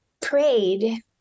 prayed